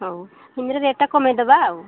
ହଉ ହେମିତିରେ ରେଟ୍ଟା କମେଇଦବା ଆଉ